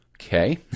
Okay